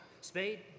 Spade